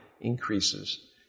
increases